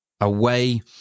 away